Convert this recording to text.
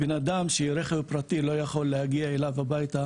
בן אדם עם רכב פרטי לא יכול להגיע אליו לבית.